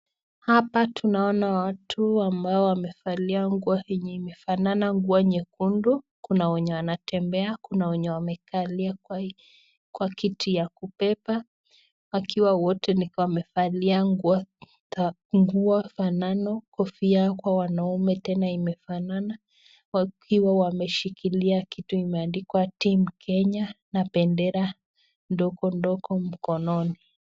Hapa tunaona watu ambao wamevalia nguo yenye imefanana nguo nyekundu. Kuna wenye wanatembea, kuna wenye wamekaa na kunao walio kwenye kiti ya kubeba wakiwa wote ni kama wamevalia nguo zinafanana, kofia kwa wanaume tena imefanana wakiwa wameshikilia kitu imeandikwa team kenya na bendera ndogo ndogo mikononi.